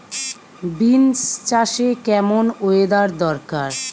Beans চাষে কেমন weather দরকার?